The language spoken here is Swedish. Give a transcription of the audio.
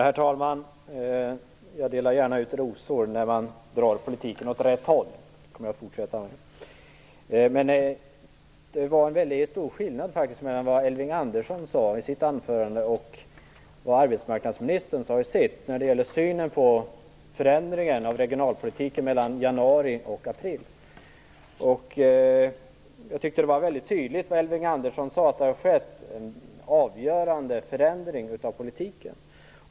Herr talman! Jag delar gärna ut rosor när man drar politiken åt rätt håll. Det kommer jag att fortsätta att göra. Men det var en väldigt stor skillnad mellan vad Elving Andersson sade i sitt anförande och vad arbetsmarknadsministern sade i sitt anförande när det gäller synen på förändringen av regionalpolitiken mellan januari och april. Det var väldigt tydligt, när Elving Andersson sade att det hade skett en avgörande förändring av politiken.